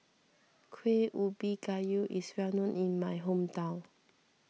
Kuih Ubi Kayu is well known in my hometown